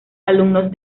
alumnos